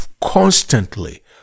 constantly